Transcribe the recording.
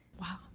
wow